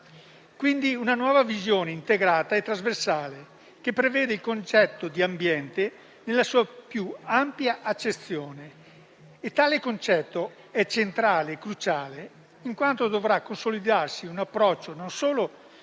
quindi una nuova visione integrata e trasversale, che prevede il concetto di ambiente nella sua più ampia accezione, che è centrale e cruciale, in quanto dovrà consolidarsi un approccio non